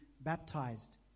baptized